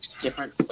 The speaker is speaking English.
different